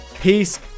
Peace